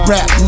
Rap